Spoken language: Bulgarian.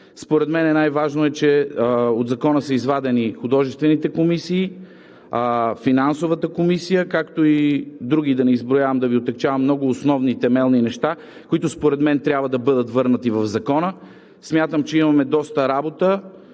Според мен най-важно е, че от Закона са извадени художествените комисии, Финансовата комисия, както и други, да не изброявам да Ви отегчавам много – основни, темелни неща, които според мен трябва да бъдат върнати в Закона. Смятам, че имаме доста работа